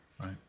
right